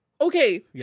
Okay